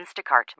Instacart